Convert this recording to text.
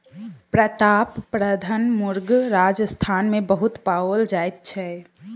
प्रतापधन मुर्ग राजस्थान मे बहुत पाओल जाइत छै